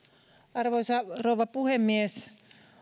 arvoisa rouva puhemies